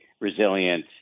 resilient